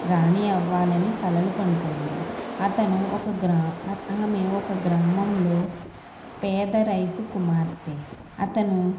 రాణి అవ్వాలని కలలు కంటుంది అతను ఒక గ్రా ఆ ఆమె ఒక గ్రామంలో పేద రైతు కుమార్తె అతను